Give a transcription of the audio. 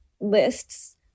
lists